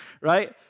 Right